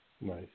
Nice